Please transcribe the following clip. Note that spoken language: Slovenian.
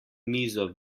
mizo